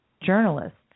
journalists